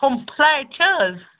ہوٚم فٕلایِٹ چھےٚ حظ